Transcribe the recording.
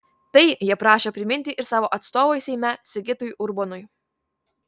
tai jie prašė priminti ir savo atstovui seime sigitui urbonui